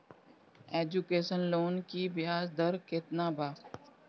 Education loan की ब्याज दर केतना बा?